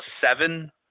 seven